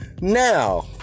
now